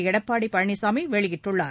எடப்பாடி பழனிசாமி வெளியிட்டுள்ளார்